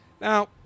Now